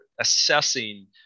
assessing